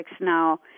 now